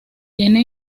tiene